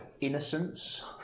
innocence